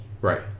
Right